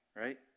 Right